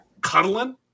cuddling